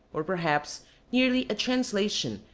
or perhaps nearly a translation,